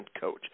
coach